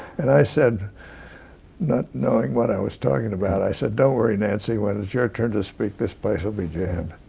and i said not knowing what i was talking about i said, don't worry, nancy. when it's your turn to speak, this place will be jammed.